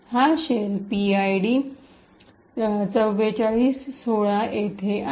हा shell PID ४४१६ येथे आहे